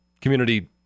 community